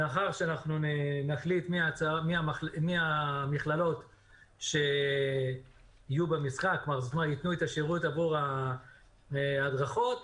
לאחר שאנחנו נחליט מי המכללות שיתנו את השירות עבור ההדרכות,